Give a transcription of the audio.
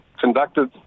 conducted